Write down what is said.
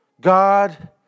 God